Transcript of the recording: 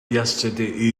yesterday